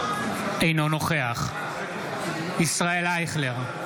אינו נוכח ישראל אייכלר,